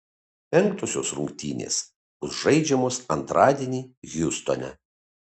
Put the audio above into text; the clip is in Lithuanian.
penktosios rungtynės bus žaidžiamos antradienį hjustone